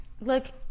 Look